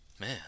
Man